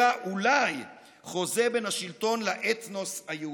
אלא אולי חוזה בין השלטון לאתנוס היהודי.